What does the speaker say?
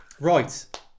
Right